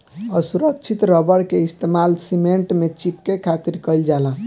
असुरक्षित रबड़ के इस्तेमाल सीमेंट में चिपके खातिर कईल जाला